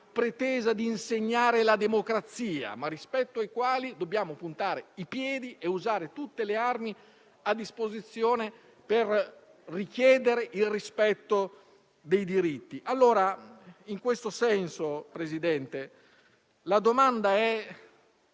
pretesa di insegnare la democrazia, ma rispetto ai quali dobbiamo puntare i piedi e usare tutte le armi a disposizione per richiedere il rispetto dei diritti. In questo senso, signor Presidente, la domanda,